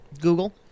Google